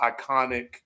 iconic